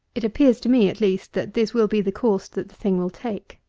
it appears to me, at least, that this will be the course that the thing will take.